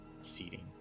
seating